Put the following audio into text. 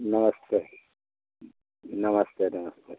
नमस्ते नमस्ते नमस्ते